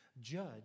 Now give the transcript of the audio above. judge